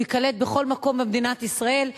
הוא ייקלט בכל מקום במדינת ישראל,